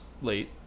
Late